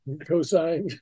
cosine